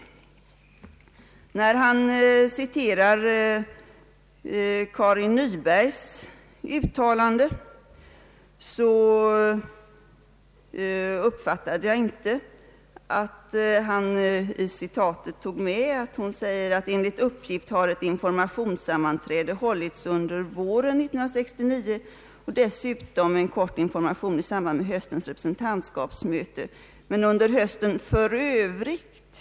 När herr Wikström citerade Karin Nybergs uttalande, uppfattade jag inte att han i citatet tog med att Karin Nyberg säger: ”Enligt uppgift har ett informationssammanträde hållits under våren 1969 och dessutom en kort information i samband med höstens representantskapsmöte. Men under hösten f.ö.